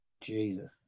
Jesus